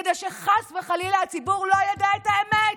כדי שחס וחלילה הציבור לא ידע את האמת.